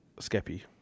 Skeppy